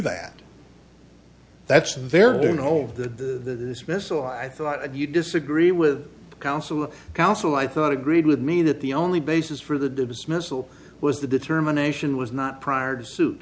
the this missile i thought you disagree with the counsel of counsel i thought agreed with me that the only basis for the dismissal was the determination was not prior to suit